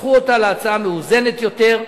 הפכו אותה להצעה מאוזנת יותר,